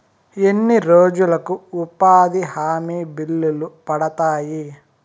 ఎన్ని రోజులకు ఉపాధి హామీ బిల్లులు పడతాయి?